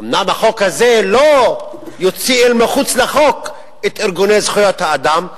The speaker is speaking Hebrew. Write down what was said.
אומנם החוק הזה לא יוציא אל מחוץ לחוק את ארגוני זכויות האדם,